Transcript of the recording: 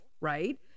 right